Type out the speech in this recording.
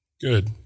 Good